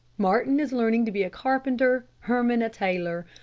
martin is learning to be a carpenter, herman a tailor,